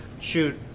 shoot